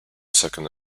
second